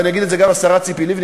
ואני אגיד את זה גם לשרה ציפי לבני,